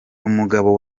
umugabo